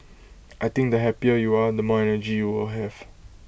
I think the happier you are the more energy you will have